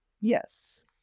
Yes